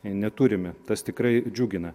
neturime tas tikrai džiugina